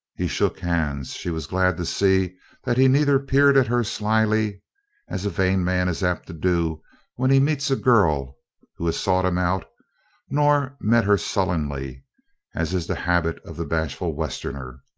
he shook hands. she was glad to see that he neither peered at her slyly as a vain man is apt to do when he meets a girl who has sought him out nor met her sullenly as is the habit of the bashful westerner.